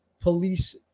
police